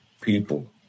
people